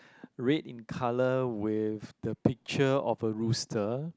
red in colour with the picture of a rooster